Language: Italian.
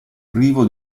privo